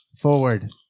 forward